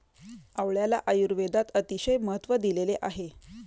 आवळ्याला आयुर्वेदात अतिशय महत्त्व दिलेले आहे